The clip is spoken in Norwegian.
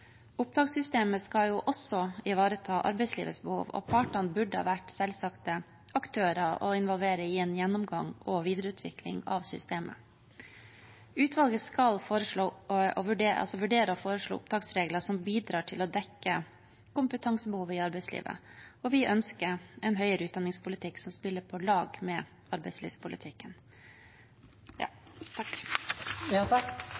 Opptakssystemet skal også ivareta arbeidslivets behov, og partene burde ha vært selvsagte aktører å involvere i en gjennomgang og videreutvikling av systemet. Utvalget skal vurdere og foreslå opptaksregler som bidrar til å dekke kompetansebehov i arbeidslivet, og vi ønsker en høyere utdanningspolitikk som spiller på lag med arbeidslivspolitikken.